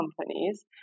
companies